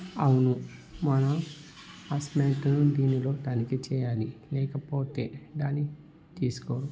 అవును మన అసైన్మెంట్ను దీనిలో తనిఖీ చేయాలి లేకపోతే దాన్ని తీసుకోరు